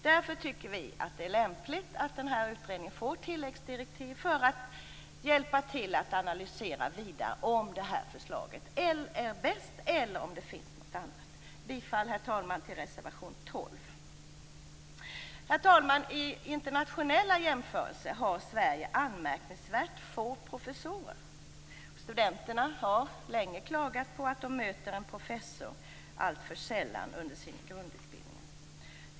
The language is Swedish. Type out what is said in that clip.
Därför tycker vi att det är lämpligt att utredningen får tilläggsdirektiv för att analysera vidare om förslaget om en ny indelning är bäst eller om det kan finnas något annat. Jag yrkar bifall till reservation 12. Herr talman! I internationella jämförelser har Sverige anmärkningsvärt få professorer. Studenterna har länge klagat på att de möter en professor alltför sällan under sin grundutbildning.